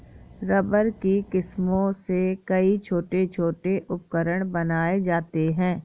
rubber की किस्मों से कई छोटे छोटे उपकरण बनाये जाते हैं